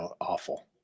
awful